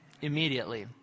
immediately